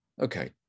Okay